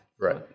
Right